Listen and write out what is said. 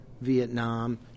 Vietnam